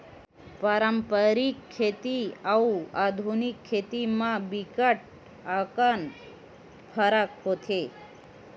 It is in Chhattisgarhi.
पारंपरिक खेती अउ आधुनिक खेती म बिकट अकन फरक होथे